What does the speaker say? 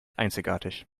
einzigartig